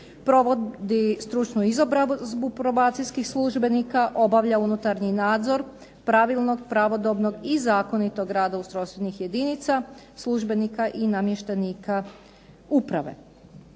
Provodi stručnu izobrazbu probacijskih službenika, obavlja unutarnji nadzor pravilnog, pravodobnog i zakonitog rada ustrojstvenih jedinica, službenika i namještenika uprave.